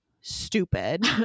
stupid